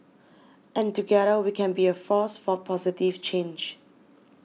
and together we can be a force for positive change